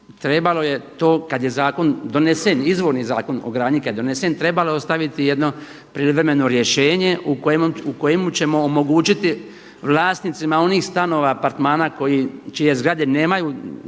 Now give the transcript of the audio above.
trebalo je to kad je zakon donesen, izvorni zakon o grani kad je donesen trebalo je ostaviti jedno privremeno rješenje u kojemu ćemo omogućiti vlasnicima onih stanova, apartmana čije zgrade nemaju